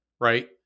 right